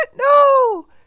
No